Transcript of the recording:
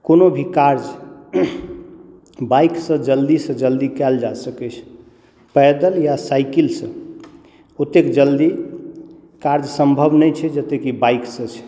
कोनो भी काज बाइकसँ जल्दी से जल्दी कयल जा सकै छै पैदल या साइकलसँ ओते जल्दी कार्य संभव नहि छै जतेक कि बाइक सऽ छै